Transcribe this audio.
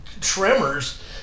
tremors